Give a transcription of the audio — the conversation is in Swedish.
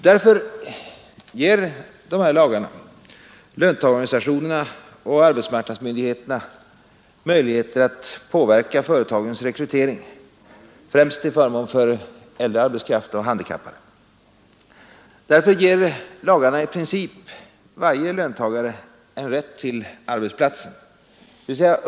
Därför ger de här lagarna löntagarorganisationerna och arbetsmarknadsmyndigheterna möjligheter att påverka företagens rekrytering, främst till förmån för äldre arbetskraft och handikappade. Därför ger lagarna i princip varje löntagare en rätt till arbetsplatsen.